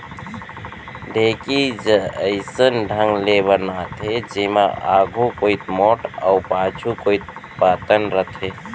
ढेंकी ज अइसन ढंग ले बनाथे जेमा आघू कोइत मोठ अउ पाछू कोइत पातन रथे